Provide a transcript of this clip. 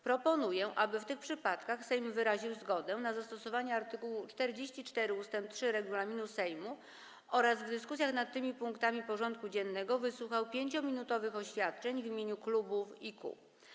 Proponuję, aby w tych przypadkach Sejm wyraził zgodę na zastosowanie art. 44 ust. 3 regulaminu Sejmu oraz w dyskusjach nad tymi punktami porządku dziennego wysłuchał 5-minutowych oświadczeń w imieniu klubów i kół.